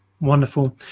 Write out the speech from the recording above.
Wonderful